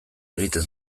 egiten